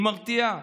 היא מרתיעה.